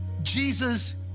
Jesus